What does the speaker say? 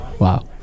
Wow